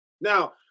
Now